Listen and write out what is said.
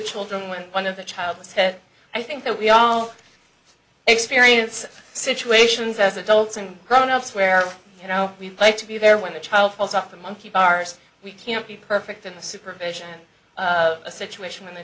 children when one of the child was hit i think that we all experience situations as adults and grown ups where you know we like to be there when the child falls off the monkey bars we can't be perfect in the supervision of a situation when the